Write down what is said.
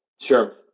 Sure